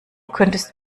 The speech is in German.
könntest